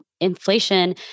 inflation